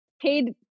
paid